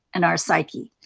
and our psyche.